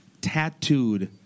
tattooed